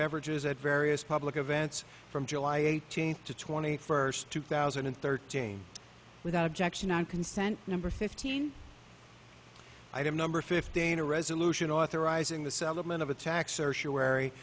beverages at various public events from july eighteenth to twenty first two thousand and thirteen without objection and consent number fifteen item number fifteen a resolution authorizing the settlement of attacks are sure wery